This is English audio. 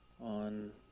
on